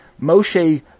Moshe